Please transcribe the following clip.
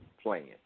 playing